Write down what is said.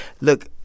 look